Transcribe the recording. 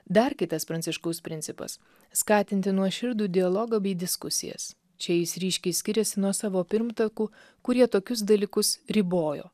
dar kitas pranciškaus principas skatinti nuoširdų dialogą bei diskusijas čia jis ryškiai skiriasi nuo savo pirmtakų kurie tokius dalykus ribojo